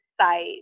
site